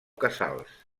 casals